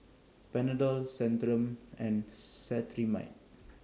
Panadol Centrum and Cetrimide